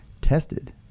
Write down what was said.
tested